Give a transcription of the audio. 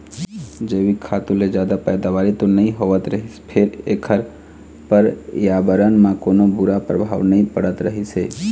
जइविक खातू ले जादा पइदावारी तो नइ होवत रहिस फेर एखर परयाबरन म कोनो बूरा परभाव नइ पड़त रहिस हे